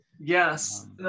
Yes